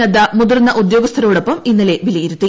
നദ്ദ മുതിർന്ന ഉദ്യോഗസ്ഥരോടൊപ്പം ഇന്നലെ വിലയിരുത്തി